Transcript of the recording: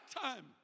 time